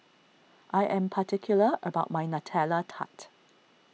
I am particular about my Nutella Tart